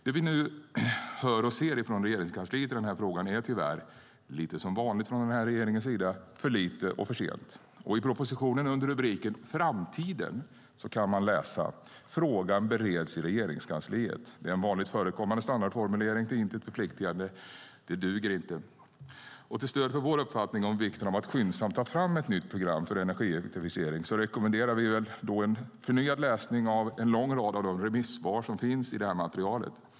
Det vi nu hör och ser från Regeringskansliet i den här frågan är tyvärr, lite som vanligt från den här regeringens sida, för lite och för sent. I propositionen, under rubriken Framtiden , kan man läsa att frågan bereds i Regeringskansliet. Det är en vanligt förekommande standardformulering, till intet förpliktigande. Det duger inte. Till stöd för vår uppfattning om vikten av att skyndsamt ta fram ett nytt program för energieffektivisering rekommenderar vi en förnyad läsning av en lång rad av de remissvar som finns i det här materialet.